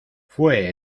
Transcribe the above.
fue